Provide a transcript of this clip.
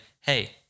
hey